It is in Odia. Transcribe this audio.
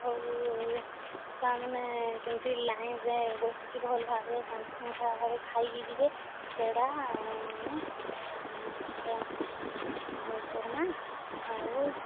ଆଉ ଛୁଆମାନେ କେମିତି ଲାଇନ୍ରେ ବସିକି ଭଲ ଭାବରେ ଶାନ୍ତି ଶୃଙ୍କଳା ଭାବେ ଖାଇକି ଯିବେ ସେଇଟା ମୁଁ ତ ଆଉ କରିବା ଆଉ